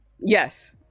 Yes